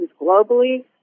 globally